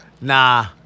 Nah